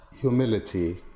humility